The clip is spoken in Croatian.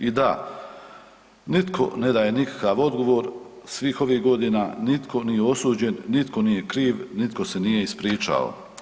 I da, nitko ne daje nikakav odgovor svih ovih godina, nitko nije osuđen, nitko nije kriv, nitko se nije ispričao.